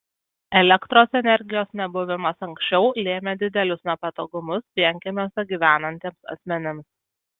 elektros energijos nebuvimas anksčiau lėmė didelius nepatogumus vienkiemiuose gyvenantiems asmenims